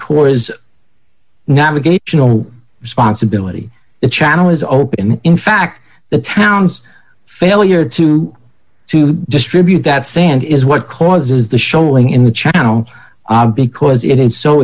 corps navigational responsibility the channel is open in fact the town's failure to to distribute that sand is what causes the showing in the channel because it is so